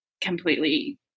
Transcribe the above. completely